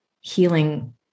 healing